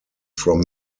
from